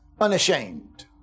unashamed